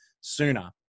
sooner